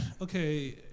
okay